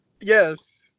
yes